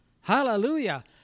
Hallelujah